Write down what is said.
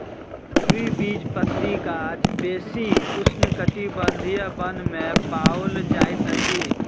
द्विबीजपत्री गाछ बेसी उष्णकटिबंधीय वन में पाओल जाइत अछि